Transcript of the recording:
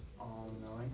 all-knowing